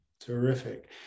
terrific